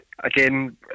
Again